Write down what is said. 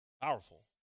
Powerful